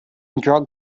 drug